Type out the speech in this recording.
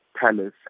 palace